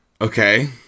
Okay